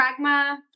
pragma